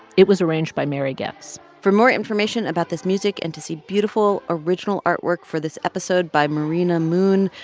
it was arranged by mary goetze for more information about this music and to see beautiful original artwork for this episode by marina muun,